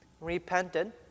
repented